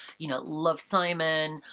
you know, love, simon,